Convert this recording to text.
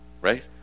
Right